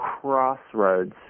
crossroads